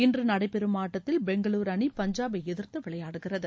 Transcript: இன்று நடைபெறும் ஆட்டத்தில் பெங்களுரு அணி பஞ்சாபை எதிர்த்து விளையாடுகிறது